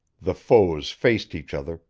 the foes faced each other,